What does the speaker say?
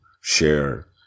share